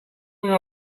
who